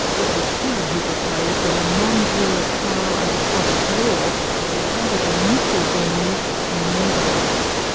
it was he who proposed that a non-jury trial under scottish law be held at a neutral venue in the netherlands.